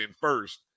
first